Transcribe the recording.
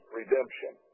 redemption